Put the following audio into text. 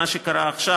מה שקרה עכשיו,